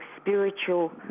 spiritual